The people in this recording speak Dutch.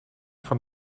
van